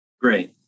Great